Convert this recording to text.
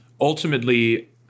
ultimately